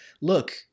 look